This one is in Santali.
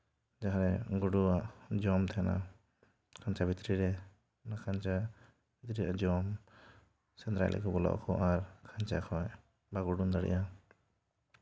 ᱡᱟᱦᱟᱸᱨᱮ ᱜᱩᱰᱩᱣᱟᱜ ᱡᱚᱢ ᱛᱟᱦᱮᱱᱟ ᱠᱷᱟᱧᱪᱟ ᱵᱷᱤᱛᱨᱤ ᱨᱮ ᱠᱷᱟᱧᱪᱟ ᱵᱷᱤᱛᱨᱤ ᱨᱮᱭᱟᱜ ᱡᱚᱢ ᱥᱮᱸᱫᱽᱨᱟ ᱞᱟᱹᱜᱤᱫ ᱵᱚᱞᱚᱜ ᱟᱠᱚ ᱟᱨ ᱠᱷᱟᱧᱪᱟ ᱠᱷᱚᱱ ᱵᱟᱠᱚ ᱩᱰᱩᱝ ᱫᱟᱲᱮᱭᱟᱜᱼᱟ